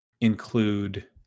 include